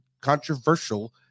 controversial